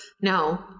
No